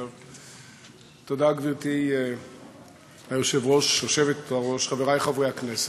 גברתי היושבת-ראש, תודה, חברי חברי הכנסת,